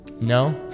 No